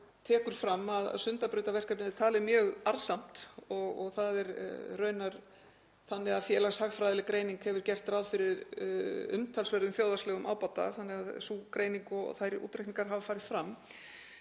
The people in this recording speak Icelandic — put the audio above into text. þingmaður tekur fram að Sundabrautarverkefnið er talið mjög arðsamt. Það er raunar þannig að félagshagfræðileg greining hefur gert ráð fyrir umtalsverðum þjóðhagslegum ábata, sú greining og þeir útreikningar hafa farið fram.